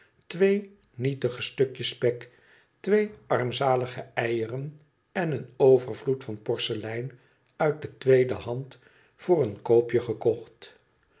twee nietige stukjes spek twee armzalige eieren en een overvloed van porselem uit de tweede hand voor een koopje gekocht